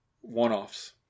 One-offs